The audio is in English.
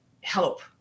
help